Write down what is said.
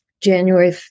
January